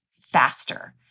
faster